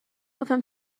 گفتم